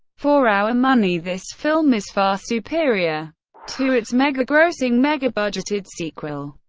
for our money, this film is far superior to its mega-grossing mega-budgeted sequel.